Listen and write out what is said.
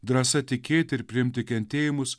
drąsa tikėti ir priimti kentėjimus